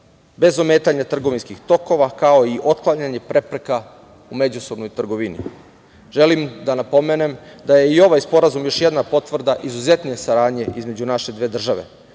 bez ometanja trgovinskih tokova, kao i otklanjanje prepreka u međusobnoj trgovini. Želim da napomenem da je i ovaj sporazum još jedna potvrda izuzetne saradnje između naše dve države.